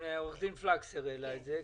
אנחנו גמרנו לענות את הציבור,